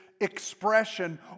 expression